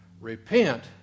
Repent